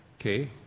Okay